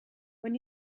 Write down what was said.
when